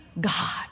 God